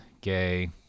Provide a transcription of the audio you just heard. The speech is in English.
gay